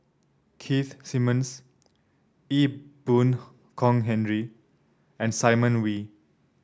Keith Simmons Ee Boon Kong Henry and Simon Wee